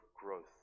growth